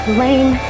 lame